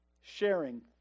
sharing